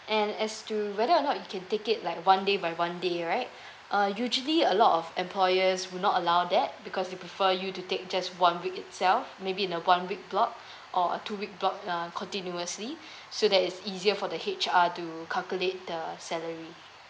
and as to whether or not you can take it like one day by one day right uh usually a lot of employers will not allow that because he prefer you to take just one week itself maybe in a one week block or a two week block uh continuously so that it's easier for the H_R to calculate the salary